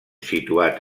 situat